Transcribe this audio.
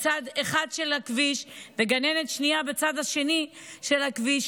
אחת בצד אחד של הכביש וגננת שנייה בצד השני של הכביש,